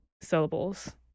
syllables